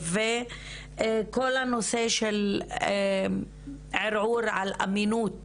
וכל הנושא של ערעור על אמינות